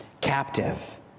captive